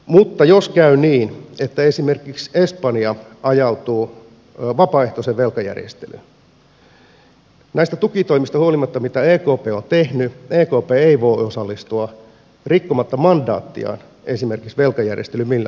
mutta jos käy niin että esimerkiksi espanja ajautuu vapaaehtoiseen velkajärjestelyyn näistä tukitoimista huolimatta mitä ekp on tehnyt ekp ei voi rikkomatta mandaattiaan osallistua esimerkiksi velkajärjestelyyn millään tavalla